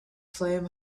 flame